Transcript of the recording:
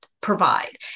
provide